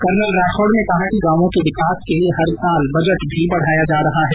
colonel Rathore ने कहा कि गांवों के विकास के लिए हर साल बजट भी बढाया जा रहा है